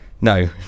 no